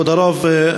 כבוד הרב,